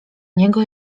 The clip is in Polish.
niego